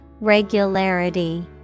Regularity